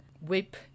whip